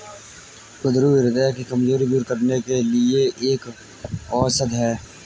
कुंदरू ह्रदय की कमजोरी दूर करने के लिए एक औषधि है